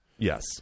Yes